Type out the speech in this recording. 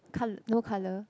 col~ no colour